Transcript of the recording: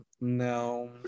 no